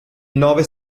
nove